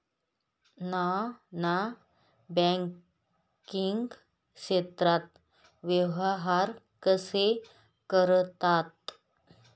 Non banking क्षेत्रात व्यवहार कसे करतात?